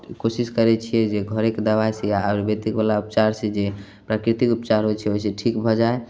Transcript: कोशिश करैत छियै जे घरेके दबाइ से या आयुर्बेदिक बला उपचार से जे प्राकृतिक उपचार होइत छै ओहिसे ठीक भऽ जाए